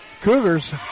Cougars